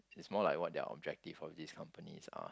it's more like what their objective of these companies are